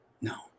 No